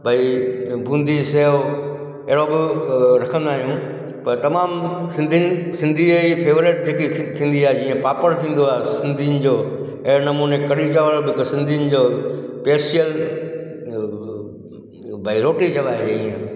भई बूंदी सेव अहिड़ो बि रखंदा आहियूं पर तमामु सिंधियुनि सिंधीअ जी फेवरेट जेकी थींदी आहे जीअं पापड़ थींदो आहे सिंधियुनि जो अहिड़े नमूने कढ़ी चांवर बि जेको सिंधियुनि जो पेशियल भई रोटी चवाइजे इअं